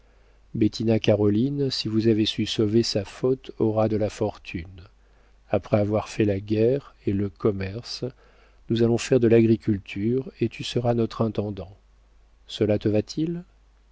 me reste bettina caroline si vous avez su sauver sa faute aura de la fortune après avoir fait la guerre et le commerce nous allons faire de l'agriculture et tu seras notre intendant cela te va-t-il